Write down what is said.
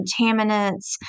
contaminants